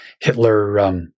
Hitler